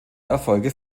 erfolge